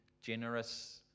generous